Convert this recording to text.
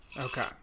Okay